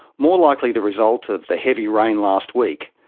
more likely the result of the heavy rain last week.